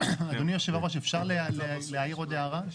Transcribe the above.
אדוני יושב-הראש, אפשר להעיר עוד הערה?